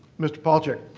mr. palcic.